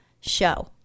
show